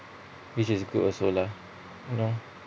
which is good also lah